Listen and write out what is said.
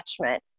attachment